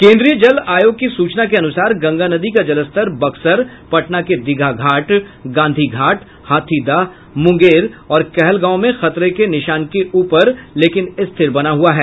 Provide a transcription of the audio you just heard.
केन्द्रीय जल आयोग की सूचना के अनुसार गंगा नदी का जलस्तर बक्सर पटना के दीघा घाट गांधी घाट हाथीदह मुंगेर और कहलगांव में खतरे के निशान के ऊपर लेकिन स्थिर बना हुआ है